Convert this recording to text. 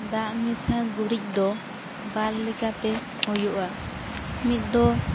ᱫᱟᱜ ᱢᱮᱥᱟ ᱜᱩᱨᱤᱡᱽ ᱫᱚ ᱵᱟᱨ ᱞᱮᱠᱟᱛᱮ ᱦᱩᱭᱩᱜᱼᱟ ᱢᱤᱫ ᱫᱚ